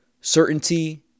certainty